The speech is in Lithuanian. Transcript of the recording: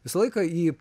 visą laiką į